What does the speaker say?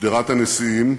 בשדרת הנשיאים,